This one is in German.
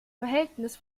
verhältnis